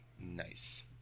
Nice